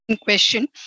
question